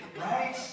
right